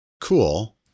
cool